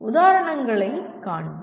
உதாரணங்களைக் காண்போம்